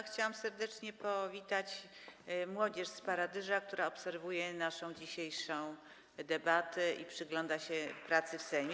Chciałabym serdecznie powitać młodzież z Paradyża, która obserwuje naszą dzisiejszą debatę i przygląda się pracy w Sejmie.